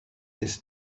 this